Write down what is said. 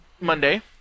Monday